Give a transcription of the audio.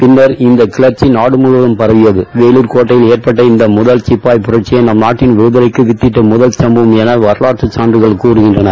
பின்னர் இந்த கிளர்ச்சி நாடு முழுவதம் பரவியது வேலூர் கோட்டையில் ஏற்பட்ட இந்த முதல் சிப்பாய் புரட்சியே நம்நாட்டின் விடுதலைக்கு வித்திட்ட முதல் சும்பவம் என வரலாற்று சான்றுகள் கூறுகின்றன